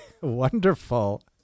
wonderful